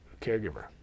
caregiver